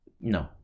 No